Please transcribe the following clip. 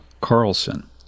Carlson